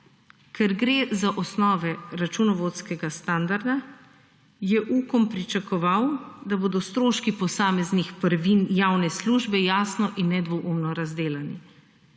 Ker gre za osnove računovodskega standarda, je Ukom pričakoval, da bodo stroški posameznih prvin javne službe jasno in nedvoumno razdelani.